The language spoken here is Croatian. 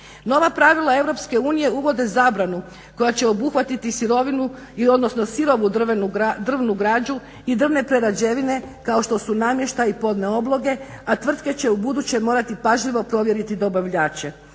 Nova pravila EU uvode zabranu koja će obuhvatiti sirovinu, odnosno sirovu drvnu građu i drvne prerađevine kao što su namještaj i podne obloge, a tvrtke će ubuduće morati pažljivo provjeriti dobavljače.